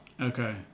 Okay